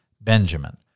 Benjamin